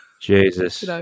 Jesus